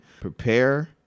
prepare